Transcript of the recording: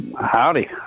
Howdy